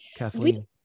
Kathleen